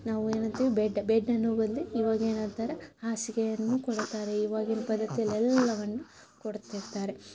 ನಾವು ಏನು ಅಂತೀವಿ ಬೆಡ್ ಬೆಡ್ ಅನ್ನೋ ಬದಲು ಇವಾಗ ಏನಂತಾರೆ ಹಾಸಿಗೆಯನ್ನು ಕೊಡುತ್ತಾರೆ ಇವಾಗಿನ ಪದ್ಧತಿಯಲ್ಲಿ ಎಲ್ಲವನ್ನೂ ಕೊಡ್ತಿರ್ತಾರೆ